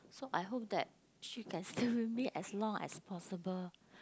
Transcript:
so I hope that she can stay with me as long as possible